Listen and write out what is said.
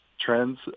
trends